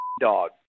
dog